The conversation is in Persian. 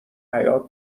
حیاط